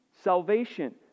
salvation